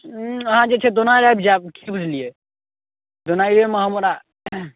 ऊँ अहाँ जे छै दोनाइर आबि जायब की बुझलियै दोनाइरे मे हमरा